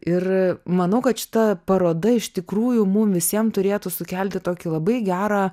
ir manau kad šita paroda iš tikrųjų mum visiem turėtų sukelti tokį labai gerą